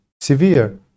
severe